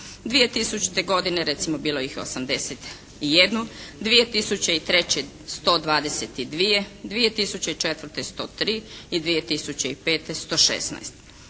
2000. godine recimo bilo ih je 81, 2003. 122, 2004. 103 i 2005. 116.